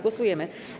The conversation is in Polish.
Głosujemy.